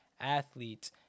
athletes